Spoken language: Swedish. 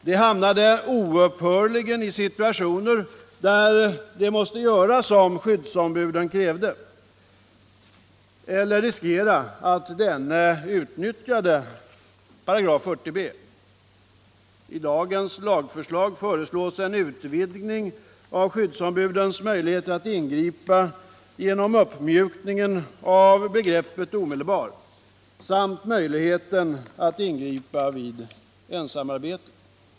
De hamnade oupphörligen i situationer där de måste göra som skyddsombuden krävde eller riskera att dessa utnyttjade 40b 3. I dagens lagförslag föreslås en utvidgning av skyddsombudens möjligheter att ingripa, genom uppmjukningen av begreppet omedelbar, samt av möjligheten att ingripa vid ensamarbete.